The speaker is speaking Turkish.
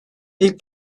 ilk